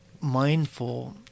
mindful